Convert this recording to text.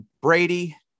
Brady